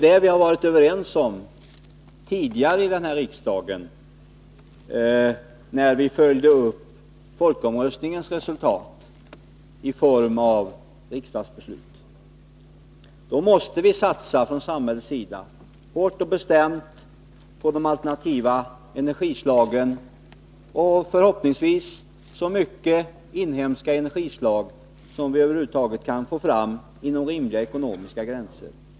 Detta var vi tidigare i denna riksdag överens om, när vi följde upp folkomröstningens resultat i form av ett riksdagsbeslut. Då måste samhället satsa hårt och bestämt på de alternativa energislagen och, förhoppningsvis, på så många inhemska energislag som vi över huvud taget kan få fram inom rimliga ekonomiska gränser.